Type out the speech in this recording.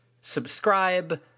subscribe